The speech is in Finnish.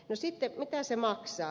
no mitä se maksaa